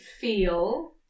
feel